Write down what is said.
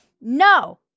no